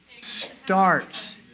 Starts